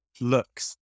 looks